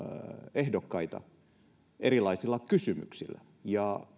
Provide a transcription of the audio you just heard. ehdokkaita erilaisilla kysymyksillä ja